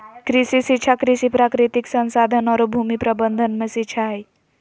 कृषि शिक्षा कृषि, प्राकृतिक संसाधन औरो भूमि प्रबंधन के शिक्षा हइ